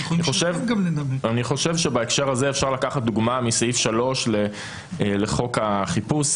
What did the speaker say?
אני חושב שבהקשר הזה אפשר לקחת דוגמה מסעיף 3 לחוק החיפוש,